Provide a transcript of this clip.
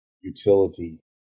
utility